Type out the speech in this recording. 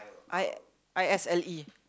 I I S L E